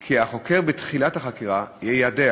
כי בתחילת החקירה החוקר יְיַדע